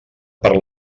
per